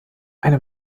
eine